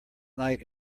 light